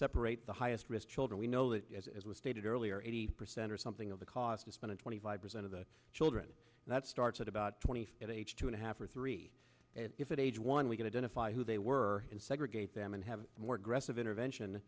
separate the highest risk children we know that as as was stated earlier eighty percent or something of the cost is spent in twenty five percent of the children that starts at about twenty feet age two and a half or three and if it age one we can identify who they were and segregate them and have more aggressive intervention